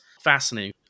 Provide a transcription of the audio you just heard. fascinating